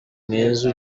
mwiza